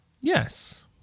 Yes